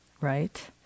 right